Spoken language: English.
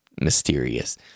mysterious